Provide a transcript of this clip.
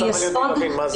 אני רוצה להבין מה זה.